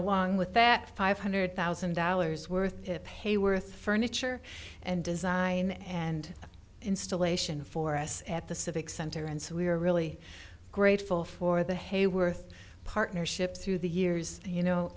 along with that five hundred thousand dollars worth of pay worth furniture and design and installation for us at the civic center and so we are really grateful for the hayworth partnership through the years and you know